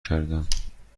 کردم